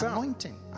Anointing